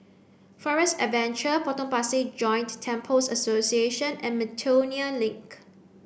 Forest Adventure Potong Pasir Joint Temples Association and Miltonia Link